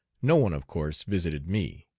no one of course visited me.